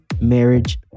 marriage